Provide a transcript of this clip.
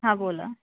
हां बोला